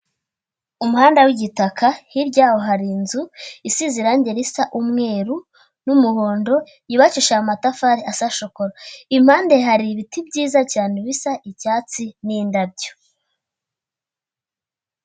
Umuhanda w'igitaka, hirya yaho hari inzu isize irangi risa umweru n'umuhondo, yubakishije amatafari asa shokora, impande hari ibiti byiza cyane bisa icyatsi n'indabyo.